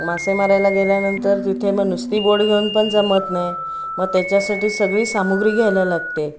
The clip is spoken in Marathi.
मासे मारायला गेल्यानंतर तिथे मग नुसती बोट घेऊन पण जमत नाही मग त्याच्यासाठी सगळी सामुग्री घ्यायला लागते